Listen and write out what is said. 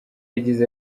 yagize